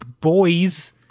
Boys